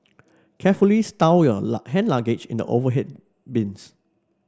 carefully stow your hand luggage in the overhead bins